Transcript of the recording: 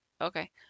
Okay